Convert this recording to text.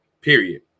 period